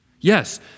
Yes